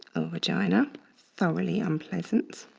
or vagina, thoroughly unpleasant